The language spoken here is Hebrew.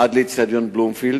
עד לאיצטדיון "בלומפילד",